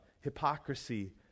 hypocrisy